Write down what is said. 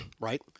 Right